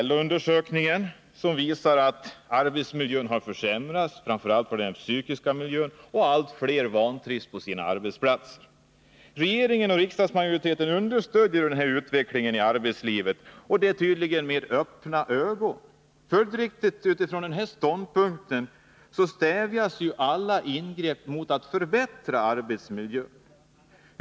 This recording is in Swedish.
LO-undersökningen visar att arbetsmiljön har försämrats, framför allt när det gäller den psykiska miljön, och att allt fler vantrivs på sina arbetsplatser. Regeringen och riksdagsmajoriteten understödjer denna utveckling i arbetslivet — och tydligen med öppna ögon. Följdriktigt — utifrån denna ståndpunkt — stävjas alla ingrepp som syftar till att förbättra arbetsmiljön.